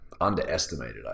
underestimated